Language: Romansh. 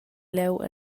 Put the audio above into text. leu